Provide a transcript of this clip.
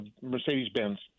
Mercedes-Benz